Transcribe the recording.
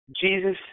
Jesus